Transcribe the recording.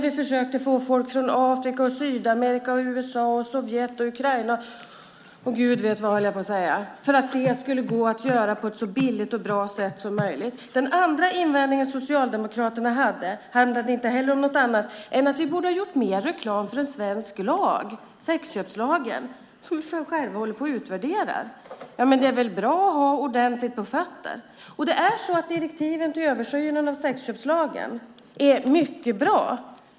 Vi försökte få med folk från Afrika, Sydamerika, USA, Sovjet och Ukraina och ville att det skulle vara så billigt och bra som möjligt. Den andra invändningen från Socialdemokraterna handlade om att vi borde ha gjort mer reklam för en svensk lag, sexköpslagen, som vi själva håller på att utvärdera. Det är väl bra att ha ordentligt på fötterna. Direktiven till översynen av sexköpslagen är mycket bra.